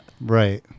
Right